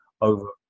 over